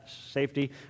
safety